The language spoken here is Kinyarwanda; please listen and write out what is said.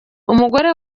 umugore